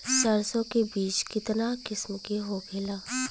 सरसो के बिज कितना किस्म के होखे ला?